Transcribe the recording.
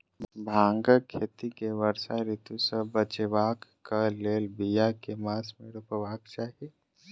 भांगक खेती केँ वर्षा ऋतु सऽ बचेबाक कऽ लेल, बिया केँ मास मे रोपबाक चाहि?